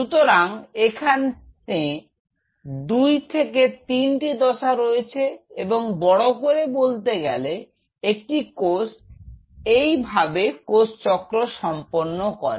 সুতরাং এখানে দুই থেকে তিনটি দশা রয়েছে এবং বড় করে বলতে গেলে একটি কোষ এই ভাবেই কোষ চক্র সম্পন্ন করে